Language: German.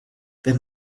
wenn